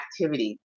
activity